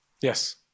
Yes